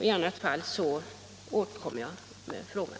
I annat fall ämnar jag återkomma till frågan.